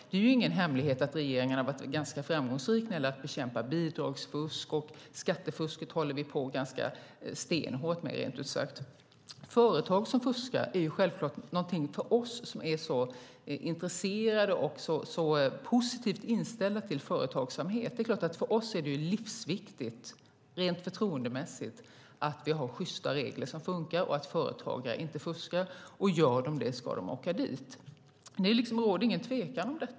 Det är ingen hemlighet att regeringen har varit ganska framgångsrik när det gäller att bekämpa bidragsfusk, och skattefusket jobbar vi stenhårt med. För oss som är så intresserade av och positiva till företagsamhet är det livsviktigt rent förtroendemässigt att vi har sjysta regler som funkar och att företagare inte fuskar. Gör de det ska de åka dit. Det råder ingen tvekan om det.